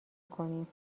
کنیم